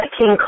King